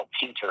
Painter